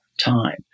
time